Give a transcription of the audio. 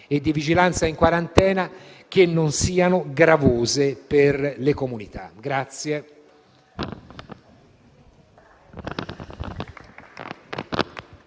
e di vigilanza in quarantena che non siano gravose per le comunità.